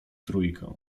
trójkę